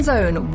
Zone